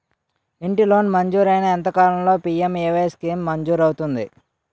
ఇంటి లోన్ మంజూరైన ఎంత కాలంలో పి.ఎం.ఎ.వై స్కీమ్ మంజూరు అవుతుంది?